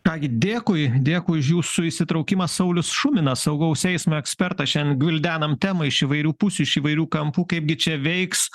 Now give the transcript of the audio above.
ką gi dėkui dėkui už jūsų įsitraukimą saulius šuminas saugaus eismo ekspertas šian gvildenam temą iš įvairių pusių iš įvairių kampų kaipgi čia veiks